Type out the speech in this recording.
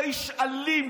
אתה איש אלים,